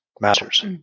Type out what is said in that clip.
Masters